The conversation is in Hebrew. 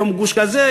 יום גוש כזה,